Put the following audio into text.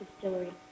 Distillery